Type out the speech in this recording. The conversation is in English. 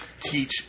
Teach